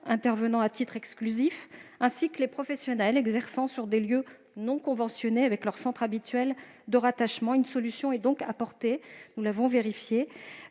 intervenant à titre exclusif, ainsi que les professionnels exerçant sur des lieux non conventionnés avec leur centre habituel de rattachement. Nous nous sommes donc assurés qu'une solution